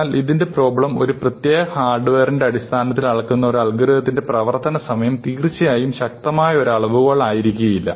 എന്നാൽ ഇതിന്റെ പ്രോബ്ലം ഒരു പ്രത്യേക ഹാർഡ്വെയറിന്റെ അടിസ്ഥാനത്തിൽ അളക്കുന്ന ഒരു അൽഗോരിത്തിന്റെ പ്രവർത്തന സമയം തീർച്ചയായും ശക്തമായ ഒരു അളവുകോൽ ആയിരിക്കില്ല